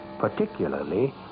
particularly